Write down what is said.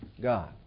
God